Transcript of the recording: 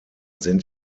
sind